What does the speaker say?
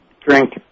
Drink